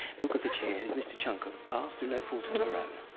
vukovic here has missed a chunk of the class through no fault of her own.